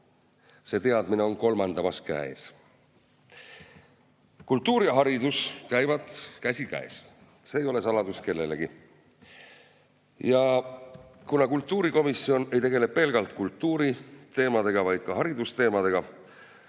See teadmine on kolmandamas käes."Kultuur ja haridus käivad käsikäes, see ei ole saladus kellelegi. Kuna kultuurikomisjon ei tegele pelgalt kultuuriteemadega, vaid ka haridusteemadega,